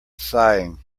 sighing